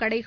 கடைகள்